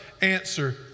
answer